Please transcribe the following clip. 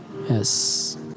Yes